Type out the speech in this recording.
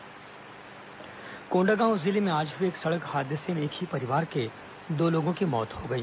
दुर्घटना कोण्डागांव जिले में आज हुए एक सड़क हादसे में एक ही परिवार के दो लोगों की मौत हो गई